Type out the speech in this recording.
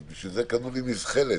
אז בשביל זה קנו לי מזחלת.